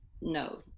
no